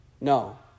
No